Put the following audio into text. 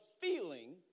feeling